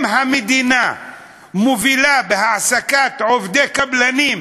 אם המדינה מובילה בהעסקת עובדי קבלן,